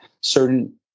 certain